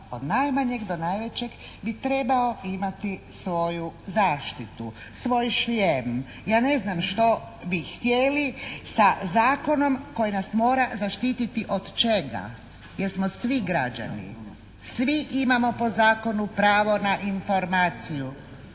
od najmanjeg do najvećeg bi trebao imati svoju zaštitu, svoj šljem. Ja ne znam što bi htjeli sa zakonom koji nas mora zaštiti od čega jer smo svi građani. Svi imamo po zakonu pravo na informaciju.